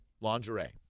Lingerie